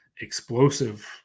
explosive